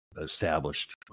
established